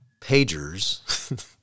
pagers